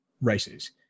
races